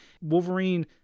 Wolverine